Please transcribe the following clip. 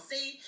See